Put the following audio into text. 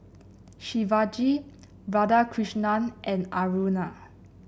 Shivaji Radhakrishnan and Aruna